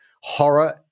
horror